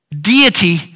deity